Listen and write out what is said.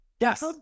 Yes